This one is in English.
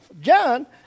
John